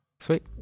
Sweet